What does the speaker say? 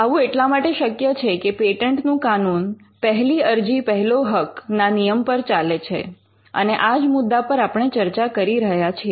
આવું એટલા માટે શક્ય છે કે પેટન્ટનું કાનૂન 'પહેલી અરજી પહેલો હક' ના નિયમ પર ચાલે છે અને આજ મુદ્દા પર આપણે ચર્ચા કરી રહ્યા છીએ